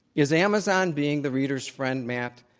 is amazon being the reader's friend, matt,